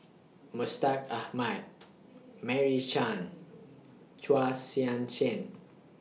Mustaq Ahmad Meira Chand Chua Sian Chin